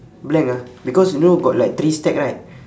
black ah because you know got like three stack right